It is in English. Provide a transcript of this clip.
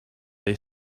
they